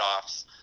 cutoffs